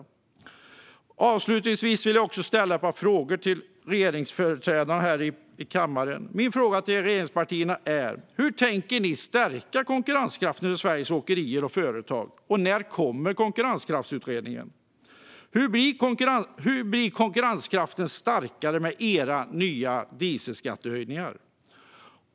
Jag vill ställa ett par frågor till regeringsföreträdarna här i kammaren: Hur tänker ni stärka konkurrenskraften för Sveriges åkerier och företag? När kommer konkurrenskraftsutredningen? Hur blir konkurrenskraften starkare med era nya dieselskattehöjningar?